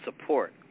support